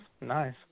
Nice